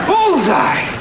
Bullseye